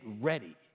ready